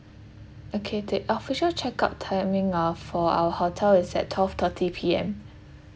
okay the official check out timing uh for our hotel is at twelve thirty P_M